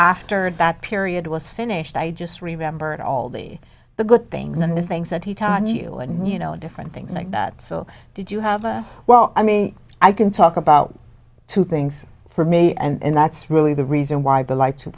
after that period was finished i just remembered all the the good things and the things that he taught you and you know different things like that so did you have a well i mean i can talk about two things for me and that's really the reason why the li